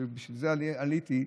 בשביל זה עליתי,